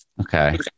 Okay